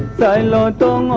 da da da